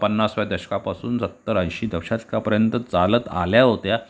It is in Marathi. पन्नासाव्या दशकापासून सत्तर ऐंशी दशकापर्यंत चालत आल्या होत्या